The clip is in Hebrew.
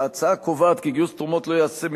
ההצעה קובעת כי גיוס תרומות לא ייעשה מתאגיד,